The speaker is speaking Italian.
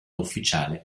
ufficiale